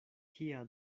kia